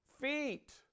Feet